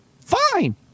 fine